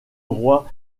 roi